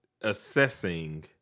assessing